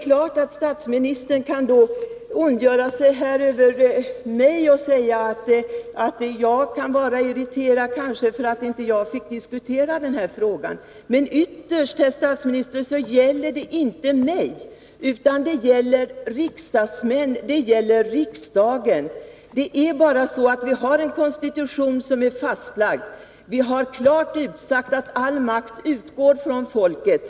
Självfallet kan han ondgöra sig över mig och tycka att jag är irriterad över att jag inte fick diskutera den här frågan. Men ytterst, herr statsminister, gäller den inte mig utan alla riksdagsmän och riksdagen som sådan. Vi har en fastlagd konstitution, i vilken det klart utsägs att all makt utgår från folket.